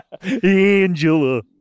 Angela